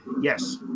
yes